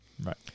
Right